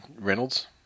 Reynolds